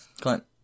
Clint